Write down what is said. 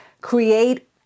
create